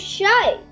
shy